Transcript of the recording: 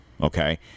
okay